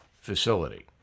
facility